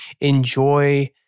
enjoy